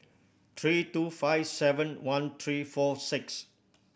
three two five seven one three four six